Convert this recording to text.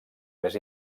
més